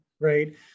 right